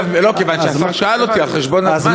כיוון שהשר שאל אותי על חשבון הזמן